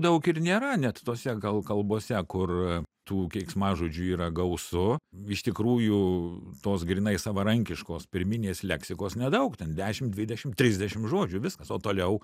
daug ir nėra net tose gal kalbose kur tų keiksmažodžių yra gausu iš tikrųjų tos grynai savarankiškos pirminės leksikos nedaug ten dešim dvidešim trisdešim žodžių viskas o toliau